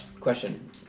question